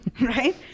Right